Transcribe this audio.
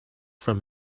from